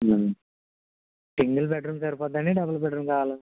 single bedroom సరిపోతుందా అండి double bedroom కావాలా